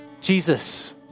Jesus